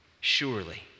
Surely